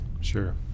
Sure